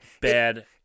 Bad